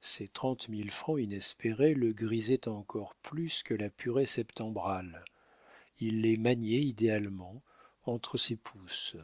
ces trente mille francs inespérés le grisaient encore plus que la purée septembrale il les maniait idéalement entre ses pouces